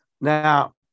Now